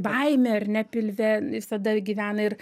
baimė ar ne pilve visada gyvena ir